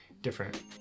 different